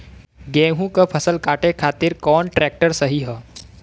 गेहूँक फसल कांटे खातिर कौन ट्रैक्टर सही ह?